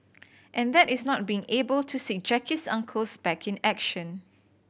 and that is not being able to see Jackie's uncle's back in action